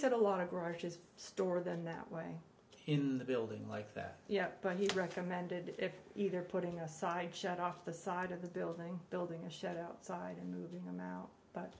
said a lot of garages store them that way in the building like that yeah but he recommended it either putting aside shut off the side of the building building a shot outside and moving them out but